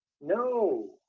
No